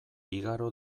igaro